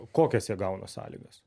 kokias jie gauna sąlygas